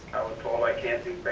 told i can't do